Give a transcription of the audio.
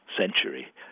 century